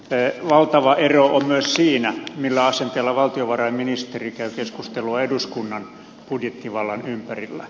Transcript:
sitten valtava ero on myös siinä millä asenteella valtiovarainministeri käy keskustelua eduskunnan budjettivallan ympärillä